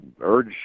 urge